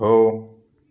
हो